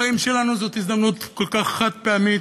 החיים שלנו הם הזדמנות כל כך חד-פעמית